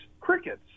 crickets